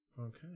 okay